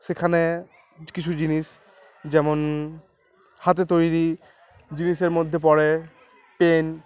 সেখানে কিছু জিনিস যেমন হাতে তৈরি জিনিসের মধ্যে পড়ে পেন